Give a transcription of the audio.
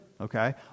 okay